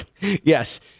Yes